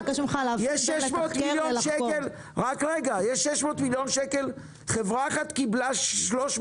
יש 600 מיליון שקל וחברה אחת קיבלה 300?